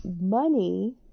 money